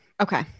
Okay